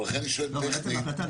לכן אני שואל מבחינה טכנית.